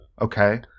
okay